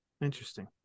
Interesting